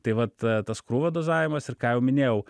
tai vat tas krūvio dozavimas ir ką jau minėjau